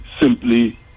simply